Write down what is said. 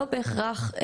לא בהכרח,